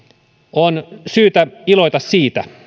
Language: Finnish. on syytä iloita siitä